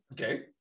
okay